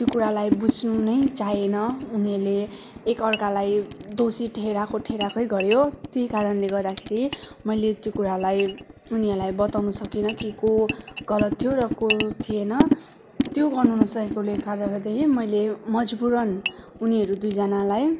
त्यो कुरालाई बुझ्नु नै चाहेन उनीहरूले एक अर्कालाई दोषी ठहराएको ठहराएकै गर्यो त्यही कारणले गर्दाखेरि मैले त्यो कुरालाई उनीहरूलाई बताउनु सकिनँ कि को गलत थियो र को थिएन त्यो गर्नु नसकेकोले मैले मजबुरन उनीहरू दुईजनालाई